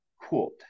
quote